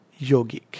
yogic